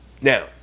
Now